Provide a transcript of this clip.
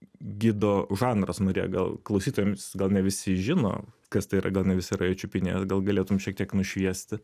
gido žanras marija gal klausytojams gal ne visi žino kas tai yra gal ne visi yra jį čiupinėję gal galėtum šiek tiek nušviesti